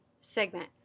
segment